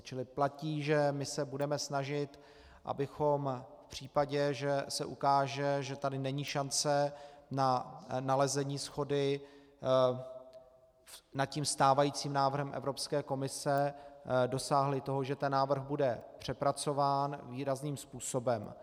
Čili platí, že se budeme snažit, abychom v případě, že se ukáže, že tady není šance na nalezení shody nad stávajícím návrhem Evropské komise, dosáhli toho, že návrh bude přepracován výrazným způsobem.